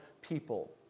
people